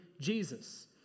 Jesus